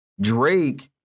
Drake